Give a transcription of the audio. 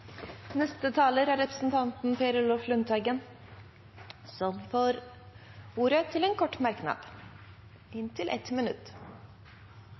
Representanten Per Olaf Lundteigen har hatt ordet to ganger tidligere og får ordet til en kort merknad,